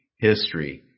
history